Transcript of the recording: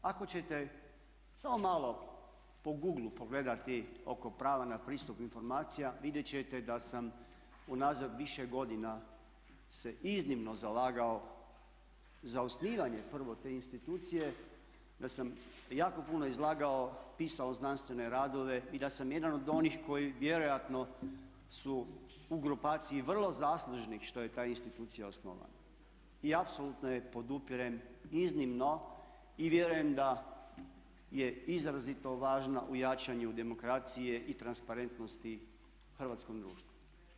Ako ćete samo malo po googlu pogledati oko prava na pristup informacijama vidjeti ćete da sam unazad više godina se iznimno zalagao za osnivanje prvo te institucije, da sam jako puno izlagao, pisao znanstvene radove i da sam jedan od onih koji vjerojatno su u grupaciji vrlo zaslužni što je ta institucija osnovana i apsolutno je podupirem iznimno i vjerujem da je izrazito važna u jačanju demokracije i transparentnosti hrvatskom društvu.